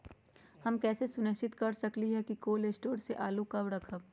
हम कैसे सुनिश्चित कर सकली ह कि कोल शटोर से आलू कब रखब?